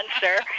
sir